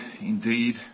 indeed